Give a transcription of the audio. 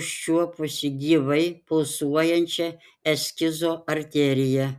užčiuopusi gyvai pulsuojančią eskizo arteriją